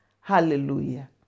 Hallelujah